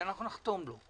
שאנחנו נחתום עליה,